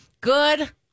good